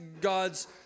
God's